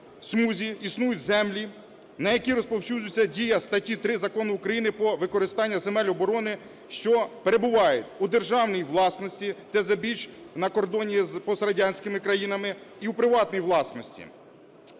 смузі існують землі, на які розповсюджується дія статті 3 Закону України "Про використання земель оборони", що перебувають у державній власності, це здебільш на кордоні з пострадянськими країнами і у приватній власності.